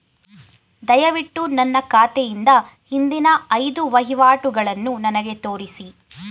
ದಯವಿಟ್ಟು ನನ್ನ ಖಾತೆಯಿಂದ ಹಿಂದಿನ ಐದು ವಹಿವಾಟುಗಳನ್ನು ನನಗೆ ತೋರಿಸಿ